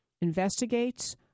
investigates